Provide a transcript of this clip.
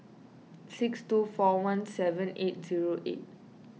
six two four one seven eight zero eight